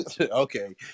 Okay